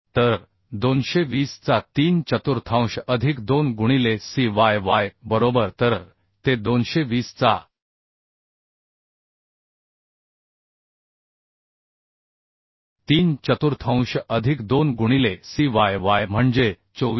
तर 220 चा तीन चतुर्थांश अधिक 2 गुणिले C y y बरोबर तर ते 220 चा तीन चतुर्थांश अधिक 2 गुणिले C y y म्हणजे 24